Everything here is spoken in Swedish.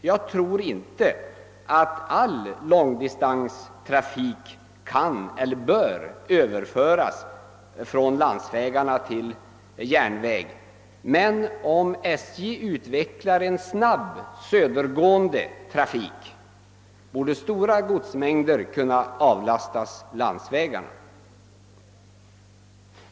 Jag tror inte att all långdistanstrafik kan eller bör överföras från landsvägarna till järnväg, men om SJ utvecklar en snabb södergående trafik, borde stora godsmängder kunna avlastas landsvägarna.